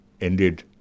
ended